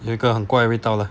有一个很怪的味道 lah